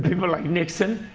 people like nixon,